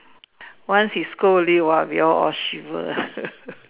once he scold only !wah! we all all shiver